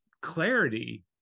clarity